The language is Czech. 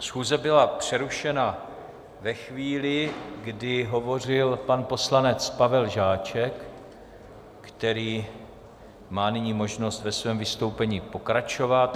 Schůze byla přerušena ve chvíli, kdy hovořil poslanec Pavel Žáček, který má nyní možnost ve svém vystoupení pokračovat.